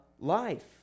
life